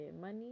money